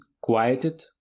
quieted